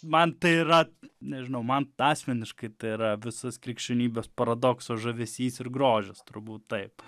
man tai yra nežinau man asmeniškai tai yra visas krikščionybės paradokso žavesys ir grožis turbūt taip